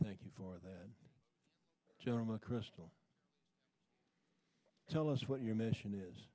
thank you for the general mcchrystal tell us what your mission is